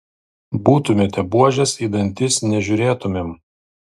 būtumėte buožės į dantis nežiūrėtumėm